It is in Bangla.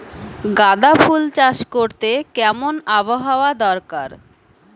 গাঁদাফুল চাষ করতে কেমন আবহাওয়া দরকার?